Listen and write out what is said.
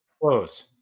close